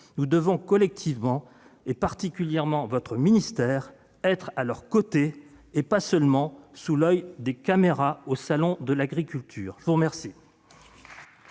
nous devons collectivement, et particulièrement votre ministère, être à leurs côtés et pas seulement sous l'oeil des caméras au salon de l'agriculture ! Nous en